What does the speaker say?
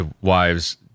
wives